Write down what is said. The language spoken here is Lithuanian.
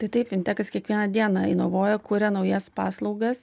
tai taip fintekas kiekvieną dieną inovuoja kuria naujas paslaugas